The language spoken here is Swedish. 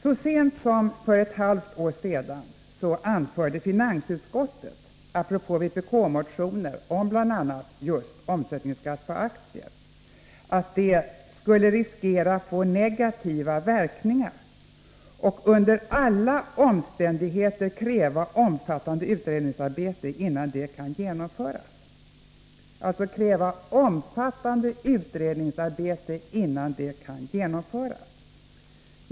Så sent som för ett halvt år sedan anförde finansutskottet apropå vpk-motioner om bl.a. omsättningsskatt på aktier att de ”skulle riskera få negativa verkningar” och ”under alla omständigheter kräva omfattande utredningsarbete innan de kan genomföras”.